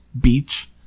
beach